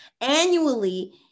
annually